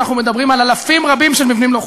אנחנו מדברים על אלפים רבים של מבנים לא חוקיים.